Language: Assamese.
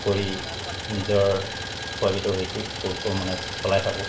কৰি নিজৰ খোৱাকেইটাও হেৰি কৰি থাকোঁ মানে চলাই থাকোঁ